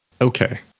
Okay